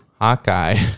Hawkeye